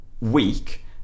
week